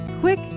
Quick